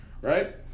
right